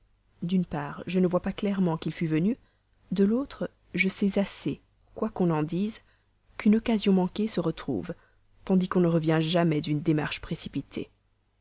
d'une part je ne vois pas clairement qu'il fût venu de l'autre je sais assez que quoi qu'on en dise une occasion manquée se retrouve tandis qu'on ne revient jamais d'une démarche précipitée